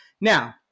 Now